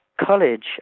college